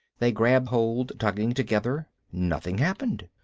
they grabbed hold, tugging together. nothing happened.